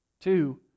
Two